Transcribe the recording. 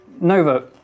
Nova